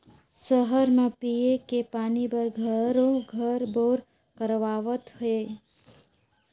सहर म पिये के पानी बर घरों घर बोर करवावत हें